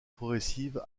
progressive